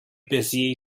bezier